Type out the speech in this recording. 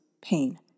pain